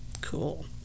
cool